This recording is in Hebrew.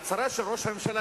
החלטות כל כך אומללות,